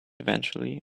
eventually